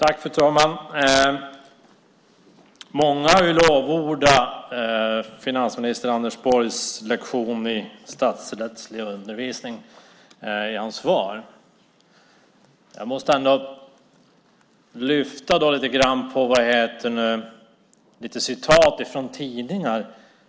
Fru talman! Många har lovordat finansminister Anders Borgs lektion i statsrätt i svaret. Jag måste ändå lyfta fram ett citat från en tidning.